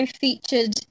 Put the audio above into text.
featured